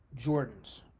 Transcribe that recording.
Jordans